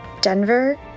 Denver